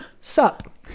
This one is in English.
sup